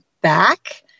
back